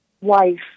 wife